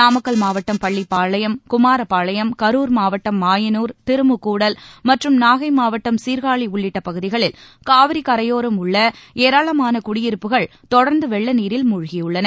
நாமக்கல் மாவட்டம் பள்ளிப்பாளையம் குமாரப்பாளையம் கரூர் மாவட்டம் மாயனூர் திருமுக்கூடல் மற்றும் நாகை மாவட்டம்ட சீர்காழி உள்ளிட்ட பகுதிகளில் காவிரி கரையோரம் உள்ள ஏராளமான குடியிருப்புகள் தொடர்ந்து வெள்ள நீரில் முழ்கியுள்ளன